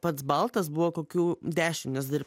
pats baltas buvo kokių dešim nes dar